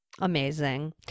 amazing